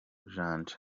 janja